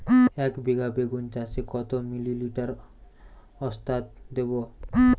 একবিঘা বেগুন চাষে কত মিলি লিটার ওস্তাদ দেবো?